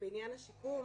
בעניין השיקום